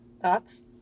Thoughts